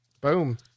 Boom